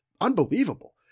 unbelievable